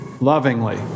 Lovingly